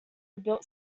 rebuilt